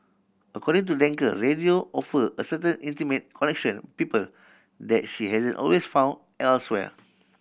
according to Danker radio offer a certain intimate connection people that she hasn't always found elsewhere